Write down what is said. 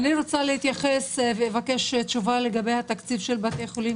אני רוצה להתייחס ולבקש תשובה לגבי התקציב של בתי החולים